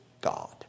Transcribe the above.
God